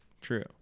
True